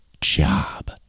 job